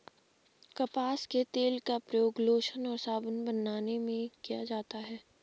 कपास के तेल का प्रयोग लोशन और साबुन बनाने में किया जाता है